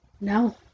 No